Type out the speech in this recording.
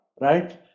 right